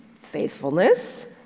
faithfulness